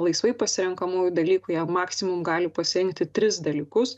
laisvai pasirenkamųjų dalykų jie maksimum gali pasirinkti tris dalykus